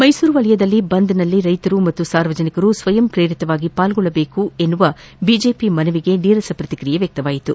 ಮೈಸೂರು ವಲಯದಲ್ಲಿ ಬಂದ್ನಲ್ಲಿ ಕೈತರು ಮತ್ತು ಸಾರ್ವಜನಿಕರು ಸ್ವಯಂ ಪ್ರೇರಿತವಾಗಿ ಪಾಲ್ಗೊಳ್ಳಬೇಕೆಂಬ ಬಿಜೆಪಿ ಮನವಿಗೆ ನೀರಸ ಪ್ರತಿಕ್ರಿಯೆ ವ್ಯಕ್ತವಾಯಿತು